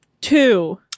Two